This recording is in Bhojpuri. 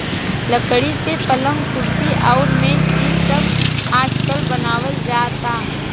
लकड़ी से पलंग, कुर्सी अउरी मेज़ इ सब आजकल बनावल जाता